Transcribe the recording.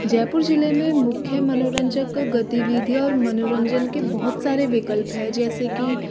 जयपुर ज़िले में मुख्य मनोरंजक गतिविधि और मनोरंजन के बहुत सारे विकल्प है जैसे कि